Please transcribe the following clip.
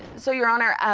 so, your honor, um,